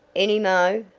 any mo'?